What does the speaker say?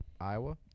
Iowa